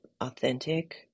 authentic